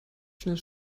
schnell